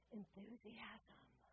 enthusiasm